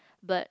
but